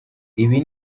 ibi